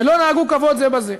ולא נהגו כבוד זה בזה.